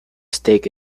stake